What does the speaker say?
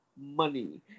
money